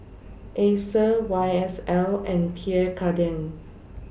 Acer Y S L and Pierre Cardin